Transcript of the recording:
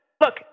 look